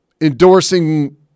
endorsing